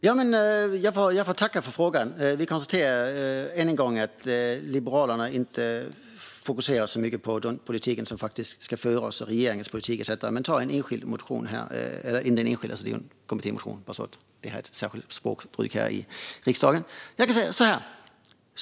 Fru talman! Jag får tacka för frågan. Vi konstaterar än en gång att Liberalerna inte fokuserar så mycket på den politik som faktiskt ska föras, regeringens politik, utan tar upp en enskild kommittémotion - det är ett särskilt språkbruk här i riksdagen.